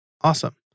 Awesome